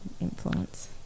influence